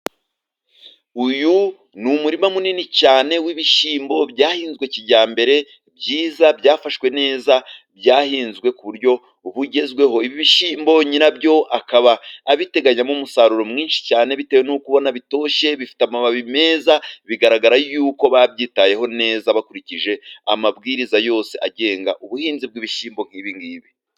Uyu ni umurima munini cyane w'ibishyimbo byahinzwe kijyambere byiza byafashwe neza, byahinzwe kuburyo bugezweho. Ibishyimbo nyira byo akaba abiteganyamo umusaruro mwinshi cyane, bitewe nuko ubona bitoshye bifite amababi meza ,bigaragara yuko babyitayeho neza bakurikije amabwiriza yose agenga ubuhinzi bw'ibishyimbo nk'ibi ngibi.